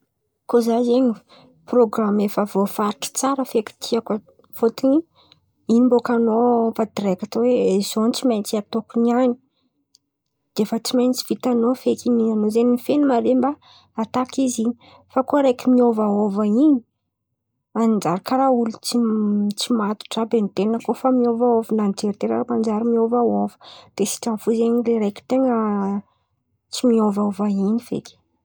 Koa za zen̈y prôgrama efa voafaritry tsara feky tiako. Fôtony in̈y bôka an̈ao fa direkty hoe zao no tsy maintsy atôko nian̈y. De fa tsy maintsy vitan̈ao fekiny in̈y. An̈ao zen̈y mifen̈y mare mba hataka izy in̈y. Fa koa araiky miôvaôva in̈y, manjary karà ol- olo tsy matotro àby an-ten̈a koa fa miôvaôva. Na ny jerin-ten̈a zen̈y manjary miôvaôva. De sitrany fo zen̈y araiky ten̈a tsy miôvaôva in̈y feky.